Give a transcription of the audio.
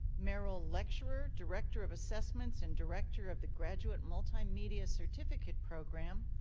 merrill lecturer, director of assessments, and director of the graduate multimedia certificate program,